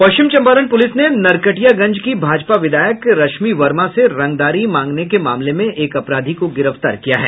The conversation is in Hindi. पश्चिम चंपारण प्रलिस ने नरकटियागंज की भाजपा विधायक रश्मि वर्मा से रंगदारी मांगने के मामले में एक अपराधी को गिरफ्तार कर लिया है